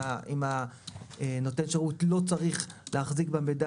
אם נותן השירות לא צריך להחזיק במידע